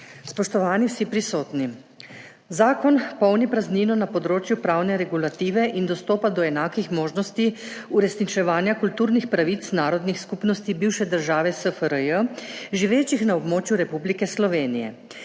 Spoštovani vsi prisotni! Zakon polni praznino na področju pravne regulative in dostopa do enakih možnosti uresničevanja kulturnih pravic narodnih skupnosti bivše države SFRJ, živečih na območju Republike Slovenije.